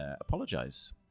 apologise